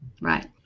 Right